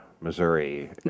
Missouri